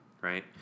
right